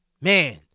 Man